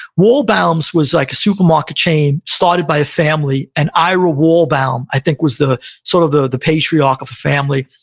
waldbaum's was like a supermarket chain started by a family, and ira waldbaum, i think, was the sort of the the patriarch of the family.